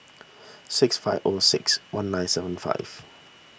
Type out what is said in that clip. six five O six one nine seven five